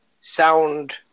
sound